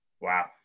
Wow